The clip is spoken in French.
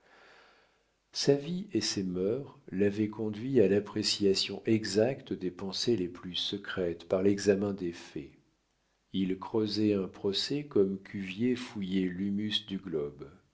sa vie et ses mœurs l'avaient conduit à l'appréciation exacte des pensées les plus secrètes par l'examen des faits il creusait un procès comme cuvier fouillait l'humus du globe